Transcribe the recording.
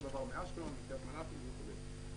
אותו דבר מאשקלון, קריית מלאכי וכולי.